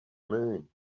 moon